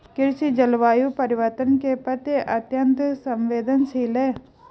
कृषि जलवायु परिवर्तन के प्रति अत्यंत संवेदनशील है